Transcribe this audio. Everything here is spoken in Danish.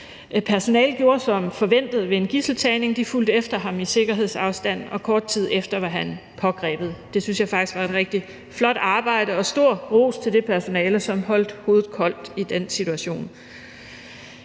Personalet gjorde som forventet ved en gidseltagning. De fulgte efter ham i sikkerhedsafstand, og kort tid efter var han pågrebet. Det synes jeg faktisk var et rigtig flot arbejde. Stor ros til det personale, som holdt hovedet koldt i den situation.